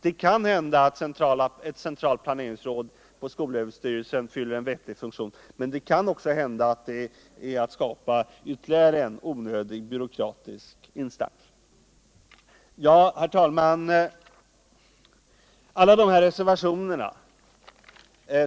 Det kan hända att ott centralt planeringsråd i skolöverstyrelsen skulle fylla en vettig funktion, men det kan också innebära att ytterligare en onödig byråkratisk instans skulle skapas. Herr talman!